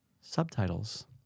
Subtitles